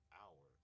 hour